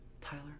Tyler